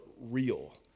real